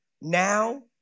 now